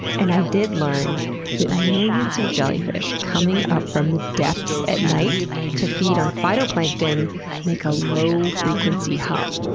and i did learn that millions of jellyfish coming up from the depths at night to feed on phytoplankton make a low frequency hum.